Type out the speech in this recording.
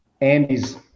Andy's